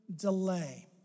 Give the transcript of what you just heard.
delay